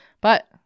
But-